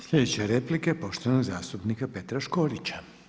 sljedeća replika je poštovanog zastupnika Petra Škorića.